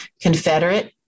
Confederate